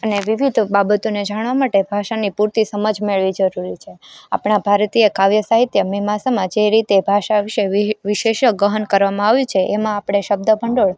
અને વિવિધ બાબતોને જાણવા માટે ભાષાની પૂરતી સમજ મેળવી જરૂરી છે આપણાં ભારતીય કાવ્યસાહિત્ય મીમાંસામાં જે રીતે ભાષા વિષે વિહી વિશેષ્ય ગહન કરવામાં આવ્યું છે એમાં આપણે શબ્દ ભંડોળ